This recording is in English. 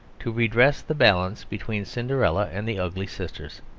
to redress the balance between cinderella and the ugly sisters.